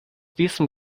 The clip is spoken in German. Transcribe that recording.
diesem